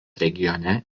regione